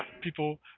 people